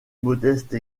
modeste